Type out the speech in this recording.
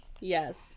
yes